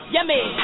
Yummy